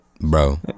Bro